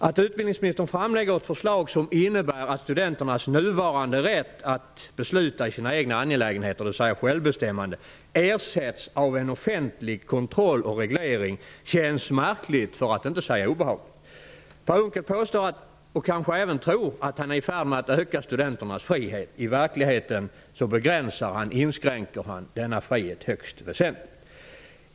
Att utbildningsministern framlägger ett förslag som innebär att studenternas nuvarande rätt att besluta i sina egna angelägenheter, dvs. självbestämmande, ersätts av en offentlig kontroll och reglering känns märkligt, för att inte säga obehagligt. Per Unckel påstår, och tror kanske också, att han är i färd med att öka studenternas frihet. I verkligheten begränsar och inskränker han denna frihet högst väsentligt.